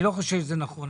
אני לא חושב שזה נכון.